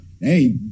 Hey